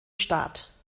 staat